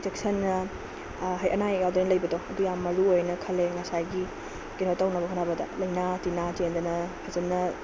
ꯆꯦꯛꯁꯤꯟꯅ ꯑꯅꯥ ꯑꯌꯦꯛ ꯌꯥꯎꯗꯅ ꯂꯩꯕꯗꯣ ꯑꯗꯨ ꯌꯥꯝ ꯃꯔꯨ ꯑꯣꯏ ꯍꯥꯏꯅ ꯈꯜꯂꯦ ꯉꯁꯥꯏꯒꯤ ꯀꯩꯅꯣ ꯇꯧꯅꯕ ꯍꯣꯠꯅꯕꯗ ꯂꯩꯅꯥ ꯇꯤꯟꯅꯥ ꯆꯦꯟꯗꯅ ꯐꯖꯟꯅ